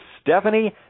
Stephanie